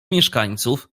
mieszkańców